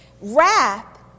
Wrath